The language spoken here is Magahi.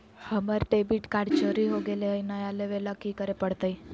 हमर डेबिट कार्ड चोरी हो गेले हई, नया लेवे ल की करे पड़तई?